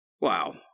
Wow